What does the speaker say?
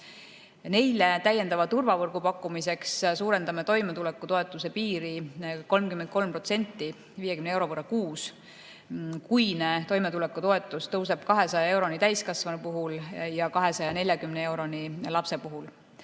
Neile täiendava turvavõrgu pakkumiseks tõstame toimetulekutoetuse piiri 33%, 50 euro võrra kuus. Kuine toimetulekutoetus tõuseb 200 euroni täiskasvanu puhul ja 240 euroni lapse puhul.